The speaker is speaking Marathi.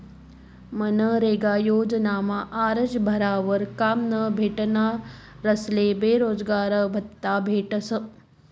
मनरेगा योजनामा आरजं भरावर काम न भेटनारस्ले बेरोजगारभत्त्ता भेटस